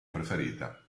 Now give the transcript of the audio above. preferita